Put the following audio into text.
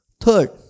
Third